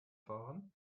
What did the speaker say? fahren